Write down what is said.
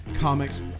comics